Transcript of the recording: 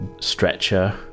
stretcher